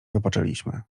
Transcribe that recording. wypoczęliśmy